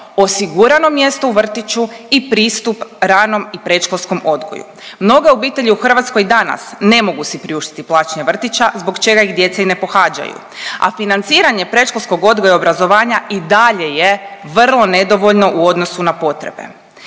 osigurano mjesto u vrtiću i pristup ranom i predškolskom odgoju. Mnoge obitelji u Hrvatskoj danas ne mogu si priuštiti plaćanje vrtića zbog čega ih djeca i ne pohađaju, a financiranje predškolskog odgoja i obrazovanja i dalje je vrlo nedovoljno u odnosu na potrebe.